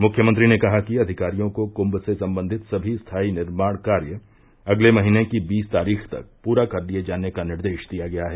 मुख्यमंत्री ने कहा कि अधिकारियों को कुंम से संबंधित समी स्थायी निर्माण कार्य अगले महीने की बीस तारीख़ तक पूरा कर लिये जाने का निर्देश दिया गया है